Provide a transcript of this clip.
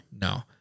No